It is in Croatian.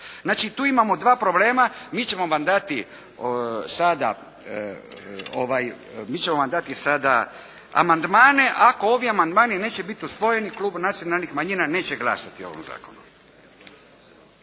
Znači tu imamo dva problema. Mi ćemo vam dati sada amandmane. Ako ovi amandmani neće bit usvojeni, klub nacionalnih manjina neće glasati o ovom zakonu.